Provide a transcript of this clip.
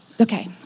Okay